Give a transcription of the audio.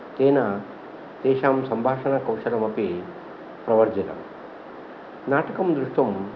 तेन तेषां सम्भाषणकौशलमपि प्रवर्धत नाटकम् दृश्टुं